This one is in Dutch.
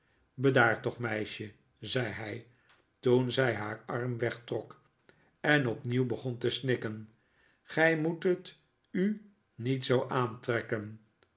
bedaar toch meisje zei hij toen zij haar arm wegtrok en opnieuw begon te snikken gij moet t u niet zoo aantrekken